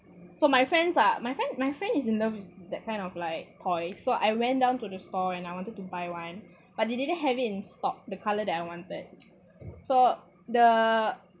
soft so my friends are my friend my friend is in love with that kind of like toys so I went down to the store and I wanted to buy one but they didn't have it in stock the colour that I wanted so the